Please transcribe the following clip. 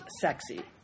sexy